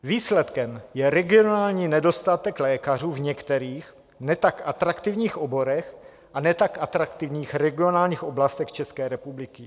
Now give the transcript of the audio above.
Výsledkem je regionální nedostatek lékařů v některých ne tak atraktivních oborech a ne tak atraktivních regionálních oblastech České republiky.